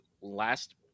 last